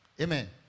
Amen